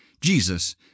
Jesus